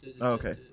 okay